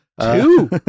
Two